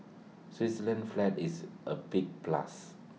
Switzerland's flag is A big plus